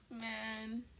Man